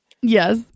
Yes